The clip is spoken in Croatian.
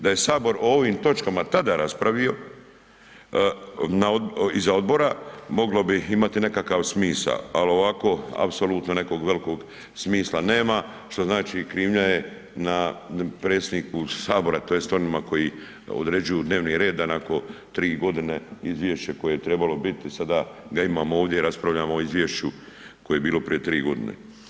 Da je Sabor o ovim točkama tada raspravio, iza odbora, moglo bi imati nekakav smisao, ali ovako, apsolutno nekog velikog smisla nema, što znači, krivnja je na predsjedniku Sabora, tj. onima koji određuju dnevni red da nakon 3 godine izvješće koje je trebalo biti sada ga imamo ovdje i raspravljamo o izvješću koje je bilo prije 3 godine.